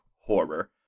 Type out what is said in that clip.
horror